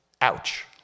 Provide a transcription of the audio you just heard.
ouch